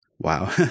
Wow